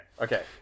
Okay